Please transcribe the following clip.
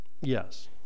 yes